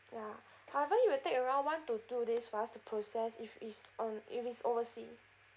ya however it will take around one to two days for us to process if it's on if it's oversea